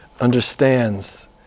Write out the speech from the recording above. understands